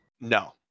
No